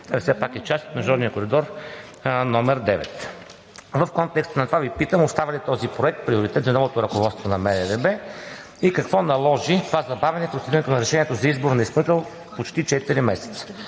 все пак е част от международния Коридор № 9. В контекста на това Ви питам: остава ли този проект приоритет за новото ръководство на МРРБ? И какво наложи това забавяне и придвижването на решението за избор на изпълнител почти четири месеца?